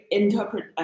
interpret